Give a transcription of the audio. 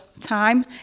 time